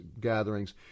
gatherings